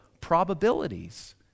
probabilities